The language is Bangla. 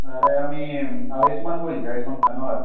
আরে আমি আয়ুষ্মান বলছি আয়ুষ্মান শানোয়ার